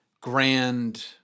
grand